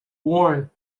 worn